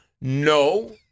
No